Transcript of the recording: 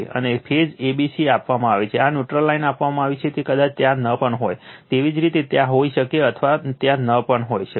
અને phase a b c આપવામાં આવે છે આ ન્યુટ્રલ લાઇન આપવામાં આવી છે તે કદાચ ત્યાં ન પણ હોય તેવી જ રીતે ત્યાં હોઈ પણ શકે અથવા ત્યાં ન પણ હોઈ શકે